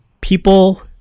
people